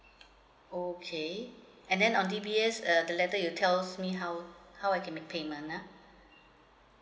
okay and then um D_B_S err the letter you tells me how how I can make payment ah